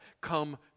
come